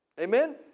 Amen